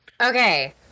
Okay